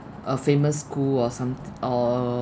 a famous school or someth~ or